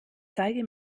zeige